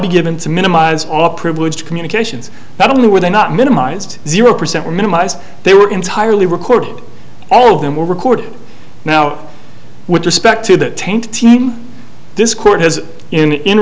be given to minimize all privileged communications not only were they not minimized zero percent were minimized they were entirely record all of them were recorded now with respect to the taint team this court has in